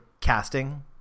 casting